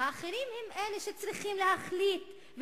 האחרים הם אלה שצריכים להחליט,